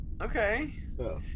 Okay